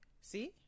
see